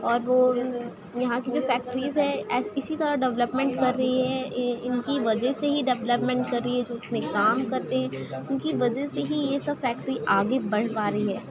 اور وہ یہاں کی جو فیکٹریز ہے اسی طرح ڈولپمنٹ کر رہی ہے ان کی وجہ سے ہی ڈولپمنٹ کر رہی ہے جو اس میں کام کرتے ہیں ان کی وجہ سے ہی یہ سب فیکٹری آگے بڑھ پا رہی ہے